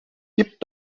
gibt